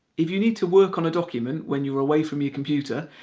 if you need to work on a document when you're away from your computer,